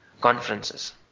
conferences